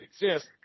exist